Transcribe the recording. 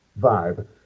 vibe